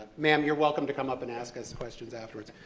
ma'am, you're welcome to come up and ask us questions afterwards,